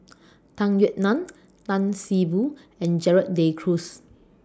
Tung Yue Nang Tan See Boo and Gerald De Cruz